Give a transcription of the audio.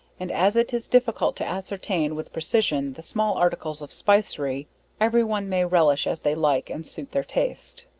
and as it is difficult to ascertain with precision the small articles of spicery every one may relish as they like, and suit their taste.